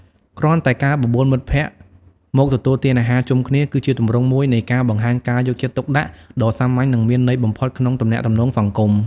គ្រាន់តែការបបួលមិត្តភក្តិមកទទួលទានអាហារជុំគ្នាគឺជាទម្រង់មួយនៃការបង្ហាញការយកចិត្តទុកដាក់ដ៏សាមញ្ញនិងមានន័យបំផុតក្នុងទំនាក់ទំនងសង្គម។